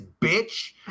bitch